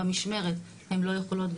במשמרת הן לא יכולות,